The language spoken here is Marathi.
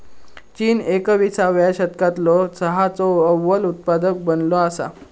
चीन एकविसाव्या शतकालो चहाचो अव्वल उत्पादक बनलो असा